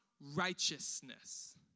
righteousness